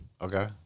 Okay